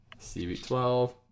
CB12